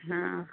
हा